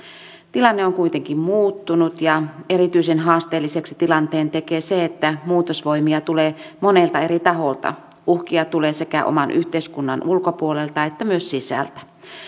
tilanne on kuitenkin muuttunut ja erityisen haasteelliseksi tilanteen tekee se että muutosvoimia tulee monelta eri taholta uhkia tulee sekä oman yhteiskunnan ulkopuolelta että sisältä